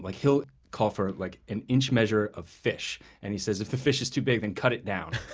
like he'll call for like an inch measure of fish and he says if the fish is too big, then cut it down